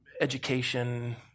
education